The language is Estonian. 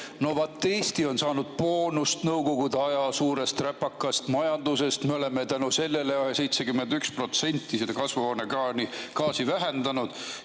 no vaat, Eesti on saanud boonust Nõukogude aja suurest räpakast majandusest, me oleme tänu sellele 71% kasvuhoonegaase vähendanud.